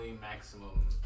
maximum